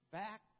back